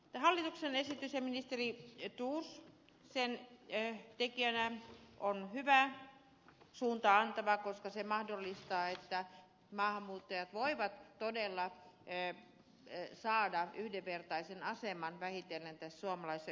tämä hallituksen esitys ja ministeri thors sen tekijänä on hyvä se on suuntaa antava koska se mahdollistaa sen että maahanmuuttajat voivat todella saada yhdenvertaisen aseman vähitellen tässä suomalaisessa yhteiskunnassa